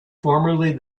formerly